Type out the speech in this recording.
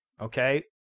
okay